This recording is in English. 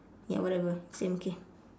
ya whatever same okay